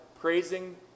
praising